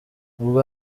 ubwo